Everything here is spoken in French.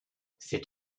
c’est